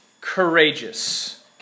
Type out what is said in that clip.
courageous